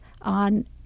on